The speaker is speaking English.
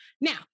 Now